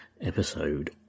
episode